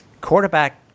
quarterback